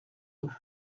deux